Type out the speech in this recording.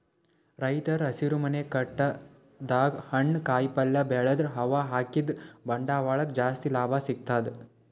ರೈತರ್ ಹಸಿರುಮನೆ ಕಟ್ಟಡದಾಗ್ ಹಣ್ಣ್ ಕಾಯಿಪಲ್ಯ ಬೆಳದ್ರ್ ಅವ್ರ ಹಾಕಿದ್ದ ಬಂಡವಾಳಕ್ಕ್ ಜಾಸ್ತಿ ಲಾಭ ಸಿಗ್ತದ್